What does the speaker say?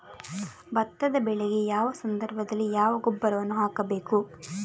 ಭತ್ತದ ಬೆಳೆಗೆ ಯಾವ ಸಂದರ್ಭದಲ್ಲಿ ಯಾವ ಗೊಬ್ಬರವನ್ನು ಹಾಕಬೇಕು?